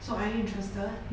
so are you interested